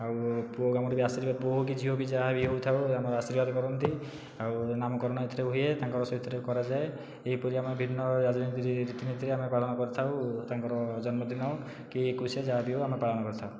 ଆଉ ପୁଅକୁ ଆମର ଆଶୀର୍ବାଦ ପୁଅ ହେଉ କି ଝିଅ ହେଉ କି ଯାହାବି ହୋଇଥାଉ ଆମର ଆଶୀର୍ବାଦ କରନ୍ତି ଆଉ ନାମକରଣ ଏଥିରେ ହୁଏ ତାଙ୍କ ସେଇଥିରେ କରାଯାଏ ଏହିପରି ଆମେ ଭିନ୍ନ ରାଜନୀତିରେ ରୀତିନୀତିରେ ଆମେ ପାଳନ କରିଥାଉ ତାଙ୍କର ଜନ୍ମଦିନ କି ଏକୋଇଶିଆ ଯାହା ବି ହେଉ ଆମେ ପାଳନ କରିଥାଉ